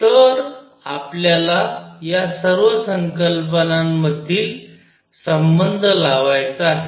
तर आपल्याला या सर्व संकल्पनांमधील संबंध लावायचा आहे